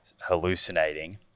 hallucinating